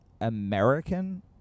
American